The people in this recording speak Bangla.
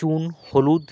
চুন হলুদ